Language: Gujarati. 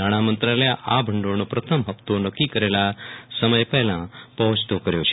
નાણામંત્રાલયે આ ભંડોળનો પ્રથમ ફપ્તો નક્કી કરેલા સમય પહેલા પહોંચતા કર્યો છે